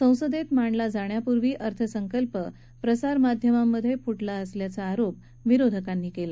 संसदेत मांडला जाण्यापूर्वी अर्थसंकल्प माध्यमांमध्ये फुटला असल्याचा आरोप विरोधकांनी केला